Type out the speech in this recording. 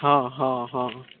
ᱦᱮᱸ ᱦᱮᱸ ᱦᱮᱸ